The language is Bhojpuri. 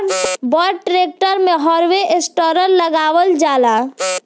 बड़ ट्रेक्टर मे हार्वेस्टर लगावल जाला